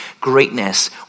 greatness